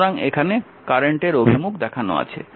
সুতরাং এখানে কারেন্টের অভিমুখ দেখানো আছে